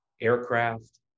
aircraft